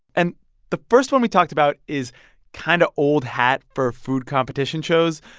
and the first one we talked about is kind of old hat for food competition shows,